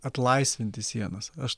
atlaisvinti sienas aš